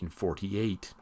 1948